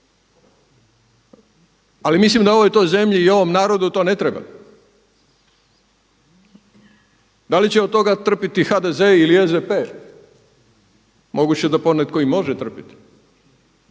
ali mislim da ovoj to zemlji i ovom narodu to ne treba. Da li će od toga trpiti HDZ-e ili SDP-e? Moguće da ponetko i može trpiti,